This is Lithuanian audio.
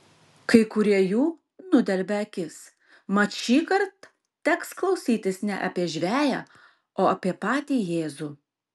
kai kurie jų nudelbia akis mat šįkart teks klausytis ne apie žveję o apie patį jėzų